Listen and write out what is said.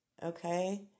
Okay